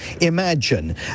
imagine